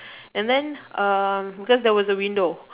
and then um because there was a window